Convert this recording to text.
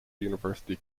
university